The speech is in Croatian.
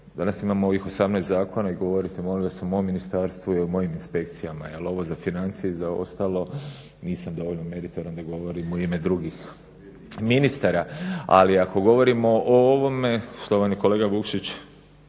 Danas imamo ovih 18 zakona i govorite molim vas o mom ministarstvu i o mojim inspekcijama jer ovo za financije i za ostalo nisam dovoljno meritoran da govorim u ime drugih ministara. Ali ako govorimo o ovome štovani kolega Vukšić